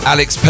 Alex